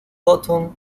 cotton